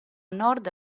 nord